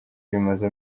bimaze